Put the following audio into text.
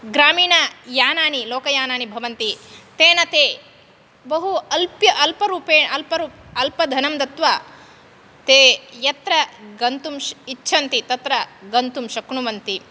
ग्रामीणयानानि लोकयानानि भवन्ति तेन ते बहु अल्प्य रू अल्प अल्पधनं दत्वा ते यत्र गन्तुं इच्छन्ति तत्र गन्तुं शक्नुवन्ति